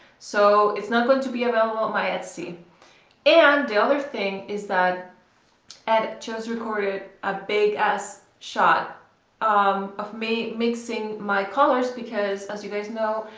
so, it's not going to be available on my etsy and the other thing is that ed just recorded a big ass shot um of me mixing my colors because, as you guys know,